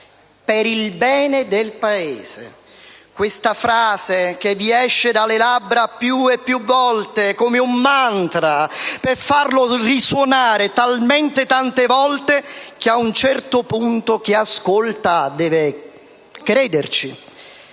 Per il bene del Paese: una frase che vi esce dalle labbra più e più volte, come un mantra, che fate risuonare così tante volte che a un certo punto chi ascolta deve crederci.